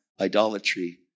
idolatry